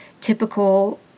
typical